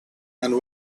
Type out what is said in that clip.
and